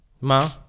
Ma